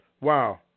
Wow